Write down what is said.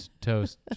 toast